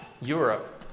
Europe